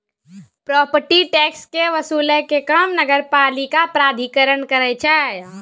property tax के वसूलै के काम नगरपालिका प्राधिकरण करै छै